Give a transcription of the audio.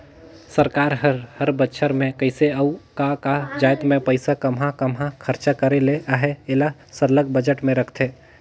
सरकार हर हर बछर में कइसे अउ का का जाएत में पइसा काम्हां काम्हां खरचा करे ले अहे एला सरलग बजट में रखथे